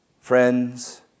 friends